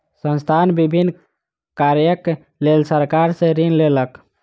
संस्थान विभिन्न कार्यक लेल सरकार सॅ ऋण लेलक